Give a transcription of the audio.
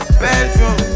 bedroom